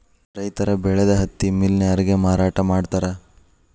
ರೈತರ ಬೆಳದ ಹತ್ತಿ ಮಿಲ್ ನ್ಯಾರಗೆ ಮಾರಾಟಾ ಮಾಡ್ತಾರ